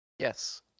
Yes